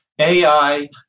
AI